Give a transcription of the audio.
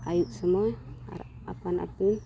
ᱟᱹᱭᱩᱵ ᱥᱚᱢᱚᱭ ᱟᱨ ᱟᱯᱟᱱ ᱟᱹᱯᱤᱱ